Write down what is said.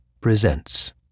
Presents